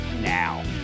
now